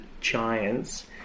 Giants